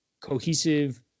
cohesive